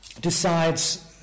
decides